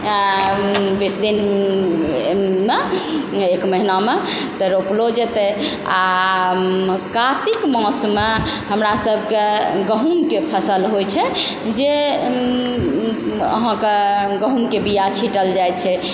बीस दिन मे एक महिनामे तऽ रोपलो जेतय आओर कातिक मासमे हमरा सभके गहूमके फसल होइ छै जे अहाँके गहूमके बीया छींटल जाइ छै